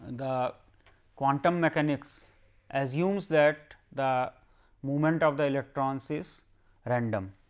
and the quantum mechanics assume that the moment of the electrons is random.